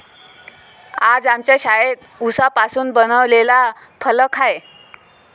आज आमच्या शाळेत उसापासून बनवलेला फलक आहे